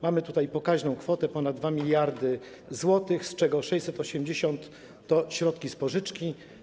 Mamy tutaj pokaźną kwotę, ponad 2 mld zł, z czego 680 mln zł to środki z pożyczki.